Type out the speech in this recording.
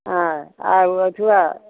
हाँ आ उ अथुवा